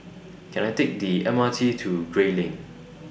Can I Take The M R T to Gray Lane